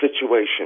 situation